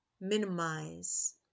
minimize